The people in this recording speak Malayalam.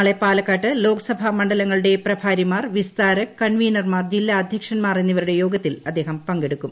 നാളെ പാലക്കാട്ട് ലോക്സഭാ മണ്ഡലങ്ങളുടെ പ്രഭാരിമാർ വിസ്താരക് കൺവീനർമാർ ജില്ലാ അധൃക്ഷന്മാർ എന്നിവരുടെ യോഗത്തിൽ അദ്ദേഹം പങ്കെടുക്കും